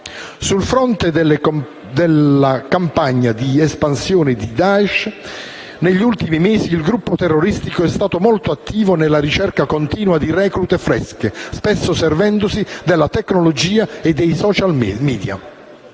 Sul fronte della campagna di espansione di Daesh, negli ultimi mesi il gruppo terroristico è stato molto attivo nella ricerca continua di reclute fresche, spesso servendosi della tecnologia e dei *social media*.